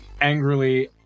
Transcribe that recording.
angrily